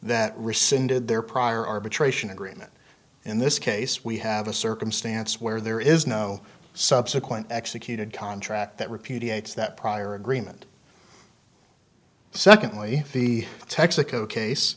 that rescinded their prior arbitration agreement in this case we have a circumstance where there is no subsequent executed contract that repudiates that prior agreement secondly the texaco